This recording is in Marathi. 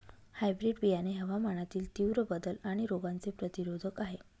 हायब्रीड बियाणे हवामानातील तीव्र बदल आणि रोगांचे प्रतिरोधक आहे